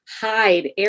hide